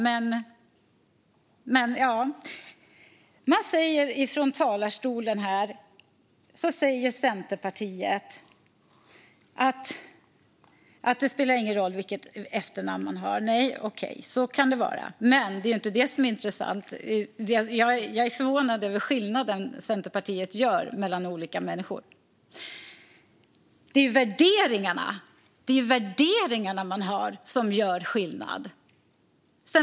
Centerpartiet säger här att det inte spelar någon roll vilket efternamn man har. Nej, okej, så kan det vara. Men det är ju inte det som är intressant. Jag är förvånad över skillnaden Centerpartiet gör mellan olika människor. Det är värderingarna man har som gör skillnad.